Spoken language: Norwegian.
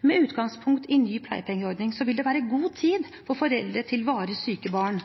Med utgangspunkt i ny pleiepengeordning vil det være god tid for foreldre til varig syke barn